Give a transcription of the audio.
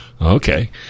Okay